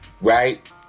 Right